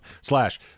slash